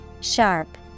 Sharp